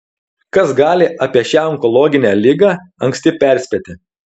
kas gali apie šią onkologinę ligą anksti perspėti